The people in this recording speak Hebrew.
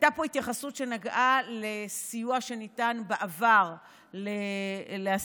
הייתה פה התייחסות שנגעה לסיוע שניתן בעבר לעסקים.